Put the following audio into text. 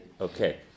Okay